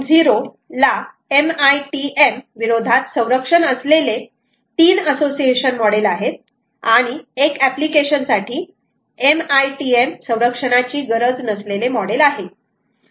0 ला MITM विरोधात संरक्षण असलेले 3 असोसिएशन मॉडेल आहे आणि एक एप्लीकेशन साठी MITM संरक्षणाची गरज नसलेले आहे